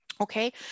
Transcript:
Okay